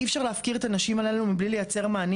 אי אפשר להפקיר את הנשים הללו מבלי לייצר מענים